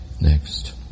next